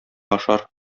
ашар